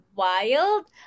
wild